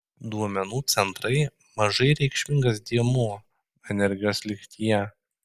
duomenų centrai mažai reikšmingas dėmuo energijos lygtyje